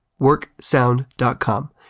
WorkSound.com